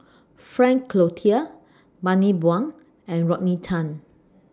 Frank Cloutier Bani Buang and Rodney Tan